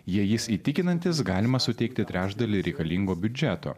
jei jis įtikinantis galima suteikti trečdalį reikalingo biudžeto